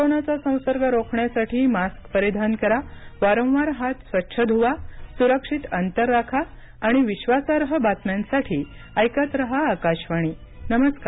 कोरोनाचा संसर्ग रोखण्यासाठी मास्क परिधान करा वारंवार हात स्वच्छ धुवा सुरक्षित अंतर राखा आणि विश्वासार्ह बातम्यांसाठी ऐकत राहा आकाशवाणी नमस्कार